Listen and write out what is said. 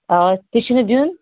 آ تہِ چھُ نہٕ دیُن